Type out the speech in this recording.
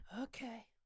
Okay